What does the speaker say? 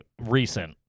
recent